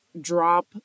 drop